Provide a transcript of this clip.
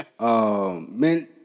Man